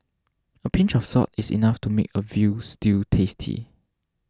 a pinch of salt is enough to make a Veal Stew tasty